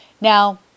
Now